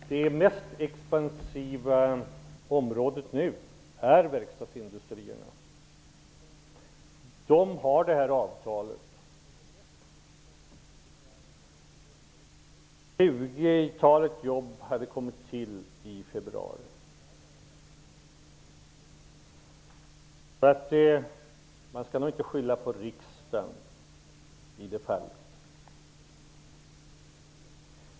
Herr talman! Det mest expansiva området nu utgörs av verstadsindustrin. Verkstadsindustrin har det här avtalet. Ungefär 20 jobb hade tillkommit i februari. Man skall nog inte skylla på riksdagen i det fallet.